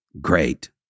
great